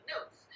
notes